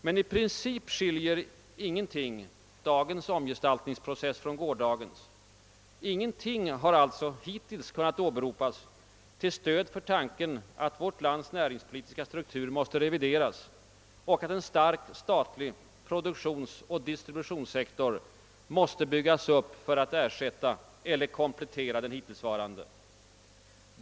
Men i princip skilier ingenting dagens omgestaltningsprocess från går: dagens. Ingenting har alltså hittills kun nat åberopas till stöd för tanken att vårt lands näringspolitiska struktur måste revideras och att en stark statlig produktionsoch distributionssektor måste byggas upp för att ersätta eller komplettera de hittillsvarande.